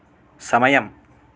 సమయం